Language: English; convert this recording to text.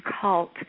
cult